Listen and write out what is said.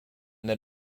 that